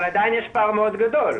אבל עדיין יש פער מאוד גדול.